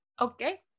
Okay